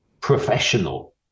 professional